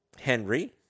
Henry